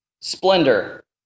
Splendor